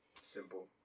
simple